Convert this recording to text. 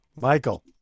Michael